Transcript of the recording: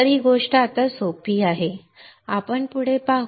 तर ही गोष्ट आता सोपी आहे आपण पुढे पाहू